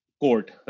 court